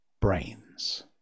brains